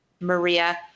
Maria